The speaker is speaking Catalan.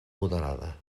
moderada